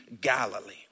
galilee